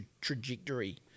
trajectory